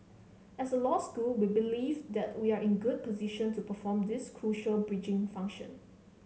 as a law school we believe that we are in good position to perform this crucial bridging function